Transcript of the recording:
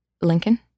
lincoln